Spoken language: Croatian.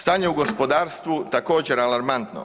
Stanje u gospodarstvu također, alarmantno.